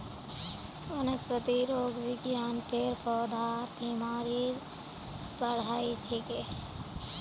वनस्पतिरोग विज्ञान पेड़ पौधार बीमारीर पढ़ाई छिके